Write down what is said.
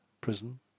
prison